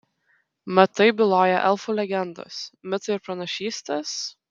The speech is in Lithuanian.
mat taip byloja elfų legendos mitai ir pranašystės